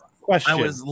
Question